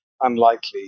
unlikely